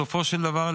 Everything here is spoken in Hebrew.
בסופו של דבר,